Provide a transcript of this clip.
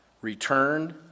returned